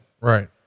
Right